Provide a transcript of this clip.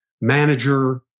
manager